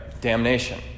damnation